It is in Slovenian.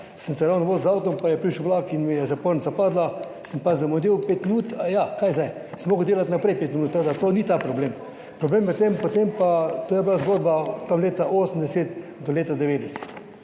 sem se ravno vozil z avtom, pa je prišel vlak in mi je zapornica padla, sem pa zamudil pet minut, aja, kaj zdaj, sem moral delati naprej pet minut. Tako, da to ni ta problem. Problem je v tem, potem pa, to je bila zgodba tam leta 1980 do leta 1990.